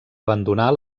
abandonar